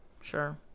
Sure